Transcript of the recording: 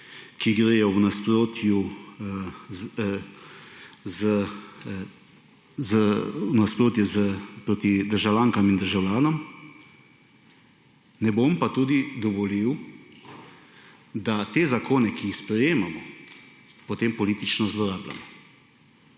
ki gredo proti državljankam in državljanom, ne bom pa tudi dovolil, da ti zakoni, ki jih sprejemamo, potem politično zlorabljamo.